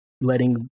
letting